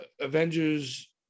Avengers